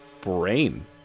brain